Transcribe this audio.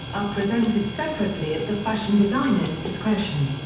are presented separately at the fashion designer's discretion.